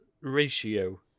ratio